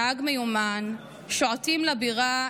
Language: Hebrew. נהג מיומן / שועטים לבירה,